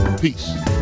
Peace